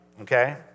okay